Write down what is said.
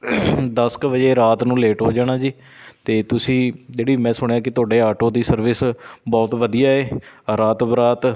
ਦਸ ਕੁ ਵਜੇ ਰਾਤ ਨੂੰ ਲੇਟ ਹੋ ਜਾਣਾ ਜੀ ਅਤੇ ਤੁਸੀਂ ਜਿਹੜੀ ਮੈਂ ਸੁਣਿਆ ਕਿ ਤੁਹਾਡੇ ਆਟੋ ਦੀ ਸਰਵਿਸ ਬਹੁਤ ਵਧੀਆ ਹੈ ਰਾਤ ਬਰਾਤ